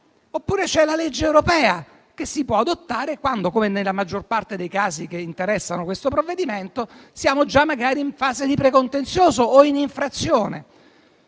oppure c'è la legge europea che si può adottare quando, come nella maggior parte dei casi che interessano questo provvedimento, siamo già magari in fase di precontenzioso o in infrazione.